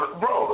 bro